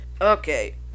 Okay